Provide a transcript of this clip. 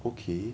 okay